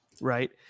Right